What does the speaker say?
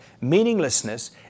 meaninglessness